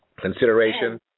consideration